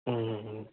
മ്മ്